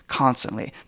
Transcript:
constantly